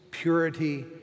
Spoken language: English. purity